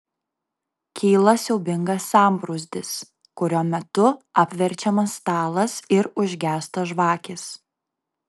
kyla siaubingas sambrūzdis kurio metu apverčiamas stalas ir užgęsta žvakės